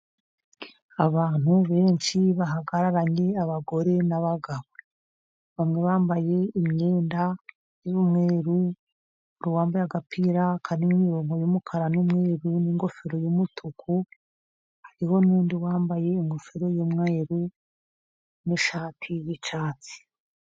Abantu benshi bahagararanye, abagore n'abagabo. Bamwe bambaye imyenda y'umweru, uwambaye agapira karimo imirongo y'umukara n'umweru, n'ingofero y'umutuku, n'undi wambaye ingofero y'umweru ni'shati y'icyatsi.